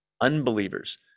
unbelievers